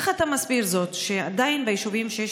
איך אתה מסביר זאת שעדיין ביישובים שיש